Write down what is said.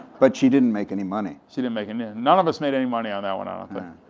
but she didn't make any money. she didn't make any, none of us made any money on that one, i don't think.